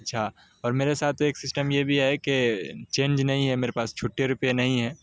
اچھا اور میرے ساتھ ایک سسٹم یہ بھی ہے کہ چینج نہیں ہے میرے پاس چھٹے روپئے نہیں ہیں